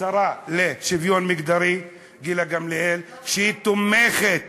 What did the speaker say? השרה לשוויון חברתי גילה גמליאל, שתומכת